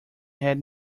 had